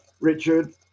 Richard